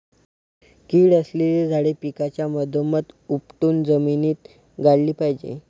कीड असलेली झाडे पिकाच्या मधोमध उपटून जमिनीत गाडली पाहिजेत